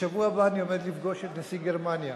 עומד לפגוש את נשיא גרמניה.